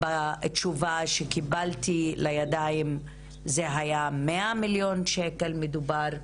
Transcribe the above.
ובתשובה שקיבלתי לידיי מדובר על 100 מיליון שקל.